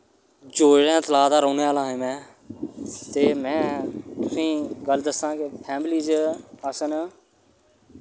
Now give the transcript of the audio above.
जोयातला दा रौह्ने आह्ला ऐ ते मैं तुसेई गल्ल दस्सा ता फैमली च अस्ल